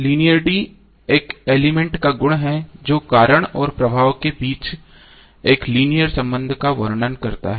linearity एक element का गुण है जो कारण और प्रभाव के बीच एक लीनियर संबंध का वर्णन करता है